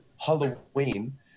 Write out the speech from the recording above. Halloween